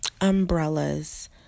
umbrellas